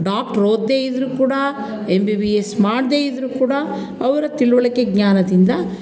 doctor ಓದದೇ ಇದ್ರೂ ಕೂಡ ಎಂಬಿಬಿಎಸ್ ಮಾಡದೇ ಇದ್ರೂ ಕೂಡ ಅವರ ತಿಳುವಳಿಕೆ ಜ್ಞಾನದಿಂದ